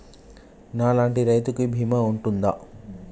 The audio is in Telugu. నా లాంటి రైతు కి బీమా ఉంటుందా?